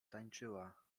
tańczyła